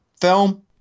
Film